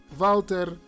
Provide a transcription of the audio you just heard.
walter